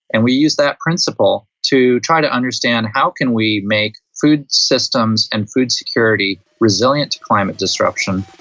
and we use that principle to try to understand how can we make food systems and food security resilient to climate disruption,